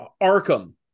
Arkham